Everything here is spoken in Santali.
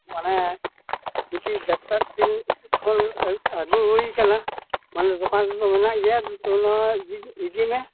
ᱢᱟᱱᱮ ᱢᱤᱫᱴᱤᱡ ᱰᱟᱠᱛᱟᱨ ᱴᱷᱮᱱ ᱠᱷᱚᱱ ᱟᱹᱜᱩ ᱦᱩᱭᱟᱠᱟᱱᱟ ᱢᱟᱱᱮ ᱫᱚᱠᱟᱱ ᱨᱮᱫᱚ ᱢᱮᱱᱟᱜ ᱜᱮᱭᱟ ᱟᱫᱚ ᱛᱚᱵᱮ ᱱᱚᱣᱟ ᱤᱫᱤ ᱤᱫᱤ ᱢᱮ